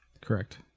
Correct